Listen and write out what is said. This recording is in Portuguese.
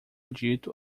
dito